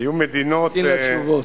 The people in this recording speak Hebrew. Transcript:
תמתין לתשובות.